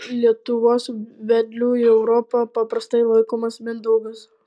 lietuvos vedliu į europą paprastai laikomas mindaugas